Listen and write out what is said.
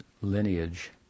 lineage